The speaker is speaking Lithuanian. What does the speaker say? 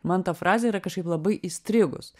man ta frazė yra kažkaip labai įstrigus